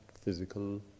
physical